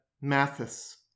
Mathis